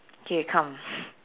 K come